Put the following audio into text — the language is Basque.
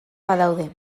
badaude